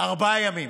ארבעה ימים,